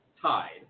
tied